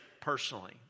personally